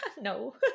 No